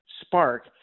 spark